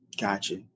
Gotcha